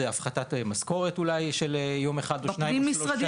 זה הפחתת משכורת של יום אחד או שניים או שלושה